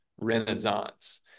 Renaissance